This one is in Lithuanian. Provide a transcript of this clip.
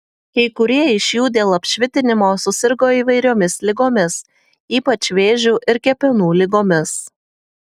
kai kurie iš jų dėl apšvitinimo susirgo įvairiomis ligomis ypač vėžiu ir kepenų ligomis